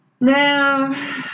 Now